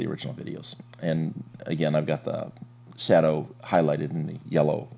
the original videos and again i've got the saddo highlighted in yellow